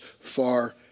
far